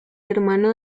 hermano